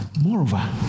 moreover